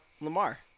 Lamar